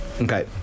Okay